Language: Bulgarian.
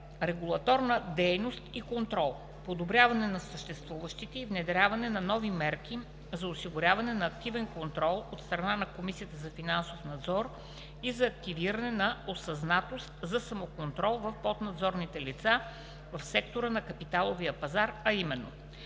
Регулаторна дейност и контрол: подобряване на съществуващите и внедряване на нови мерки за осигуряване на активен контрол от страна на Комисията за финансов надзор и за активиране на осъзнатост за самоконтрол в поднадзорните лица в сектора на капиталовия пазар, а именно: